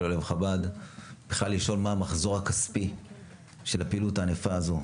בכלל לשאול מה המחזור הכספי של הפעילות הענפה הזו.